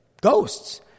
ghosts